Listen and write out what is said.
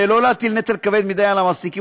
וכדי לא להטיל נטל כבד מדי על המעסיקים,